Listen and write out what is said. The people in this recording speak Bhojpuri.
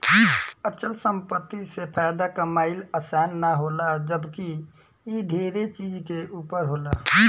अचल संपत्ति से फायदा कमाइल आसान ना होला जबकि इ ढेरे चीज के ऊपर होला